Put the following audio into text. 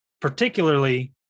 particularly